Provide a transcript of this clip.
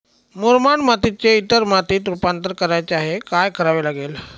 मुरमाड मातीचे इतर मातीत रुपांतर करायचे आहे, काय करावे लागेल?